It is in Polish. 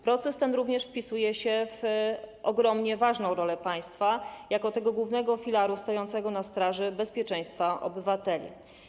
Proces ten również wpisuje się w ogromnie ważną rolę państwa jako głównego filaru stojącego na straży bezpieczeństwa obywateli.